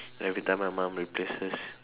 everytime my mum replaces